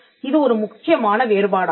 இது ஒரு முக்கியமான வேறுபாடாகும்